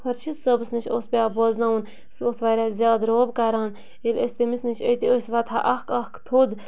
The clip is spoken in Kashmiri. خۄشِد صٲبَس نِش اوس پٮ۪وان بوزناوُن سُہ اوس واریاہ زیادٕ روب کَران ییٚلہِ أسۍ تٔمِس نِش أتی ٲسۍ وۄتھان اَکھ اَکھ تھوٚد